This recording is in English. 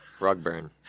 Rugburn